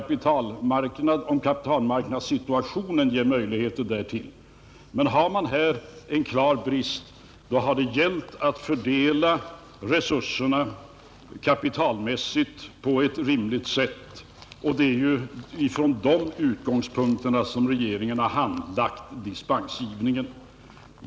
Så kan också ske, om kapitalmarknadssituationen ger möjligheter därtill, men om det föreligger en klar brist, har det gällt att kapitalmässigt fördela resurserna på bästa sätt. Det är från dessa utgångspunkter som regeringen har handlagt dispensgivningen.